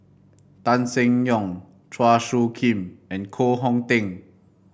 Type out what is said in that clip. Tan Seng Yong Chua Soo Khim and Koh Hong Teng